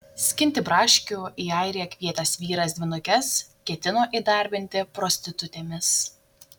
skinti braškių į airiją kvietęs vyras dvynukes ketino įdarbinti prostitutėmis